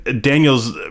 Daniel's